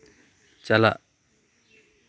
ᱪᱟᱞᱟᱜ